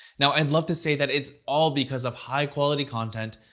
now, i'd love to say that it's all because of high-quality content,